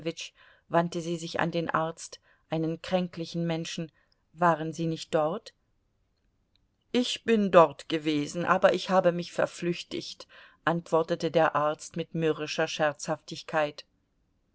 wandte sie sich an den arzt einen kränklichen menschen waren sie nicht dort ich bin dort gewesen aber ich habe mich verflüchtigt antwortete der arzt mit mürrischer scherzhaftigkeit